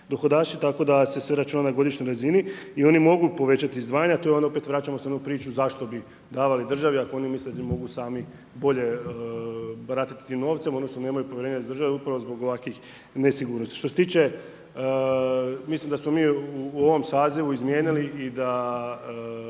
dohodaši, tako da se sve računa na godišnjoj razini. I oni mogu povećati izdvajanja, to se vraćamo na onu priču zašto bi davali državi ako oni misle da mogu sami bolje baratati tim novcem, odnosno nemaju povjerenja u državi upravo zbog ovakvih nesigurnosti. Što se tiče, mislim da smo mi u ovom sazivu izmijenili i da